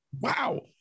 Wow